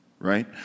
Right